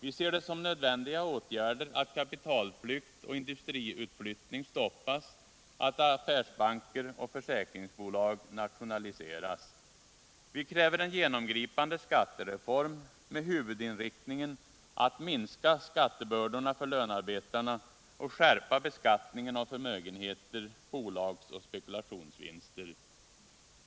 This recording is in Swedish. Vi ser det som nödvändiga åtgärder att kapitalflykt och industriutflyttning stoppas, att affärsbanker och försäkringsbolag nationaliseras. Vi kräver en genomgripande skattereform med huvudinriktningen att minska skattebördorna för lönarbetarna och skärpa beskattningen av förmögenheter, bolagsoch spekulationsvinster.